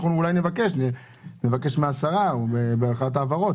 אנחנו אולי נבקש מהשרה באחת ההעברות,